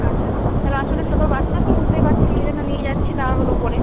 আচ্ছা তাহলে আসলে ছোটো বাচ্চা তো বুঝতেই পারছেন ওই জন্য নিয়ে যাচ্ছি তাড়াহুড়ো করে